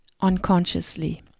unconsciously